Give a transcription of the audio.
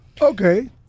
Okay